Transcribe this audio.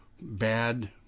bad